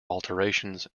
alterations